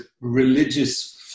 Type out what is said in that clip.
religious